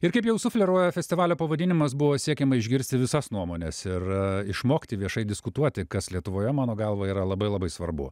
ir kaip jau sufleruoja festivalio pavadinimas buvo siekiama išgirsti visas nuomones ir išmokti viešai diskutuoti kas lietuvoje mano galva yra labai labai svarbu